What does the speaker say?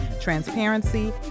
transparency